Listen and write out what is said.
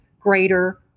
greater